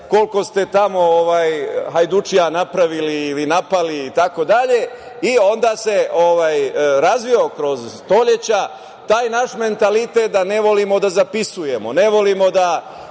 koliko ste tamo hajdučija napravili ili napali itd. Onda se razvio kroz stoleća taj naš mentalitet da ne volimo da zapisujemo, ne volimo da